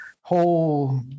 whole